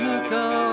ago